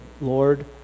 Lord